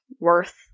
worth